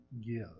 give